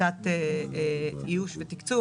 זה יהיה פתרון לסמטאות צרים,